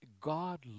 God